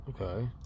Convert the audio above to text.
Okay